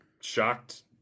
shocked